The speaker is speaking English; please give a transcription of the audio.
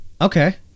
Okay